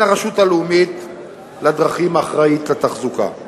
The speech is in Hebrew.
הרשות הלאומית לדרכים היא האחראית לתחזוקה.